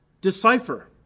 decipher